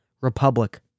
republic